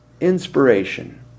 inspiration